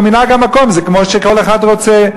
ומנהג המקום זה כמו שכל אחד רוצה.